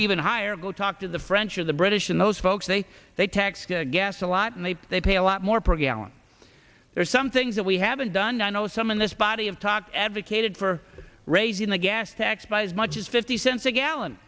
even higher go talk to the french or the british in those folks say they tax gas a lot and they they pay a lot more per gallon there are some things that we haven't done i know some in this body of talk advocated for raising the gas tax by as much as fifty cents a gallon